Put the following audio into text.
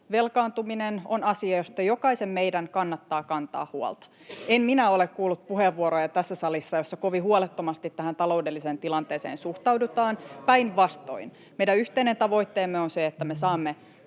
velkaantuminen on asia, josta jokaisen meidän kannattaa kantaa huolta. En minä ole kuullut tässä salissa puheenvuoroja, joissa kovin huolettomasti tähän taloudelliseen tilanteeseen suhtaudutaan — päinvastoin. Meidän yhteinen tavoitteemme on se, että me saamme